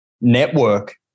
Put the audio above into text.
Network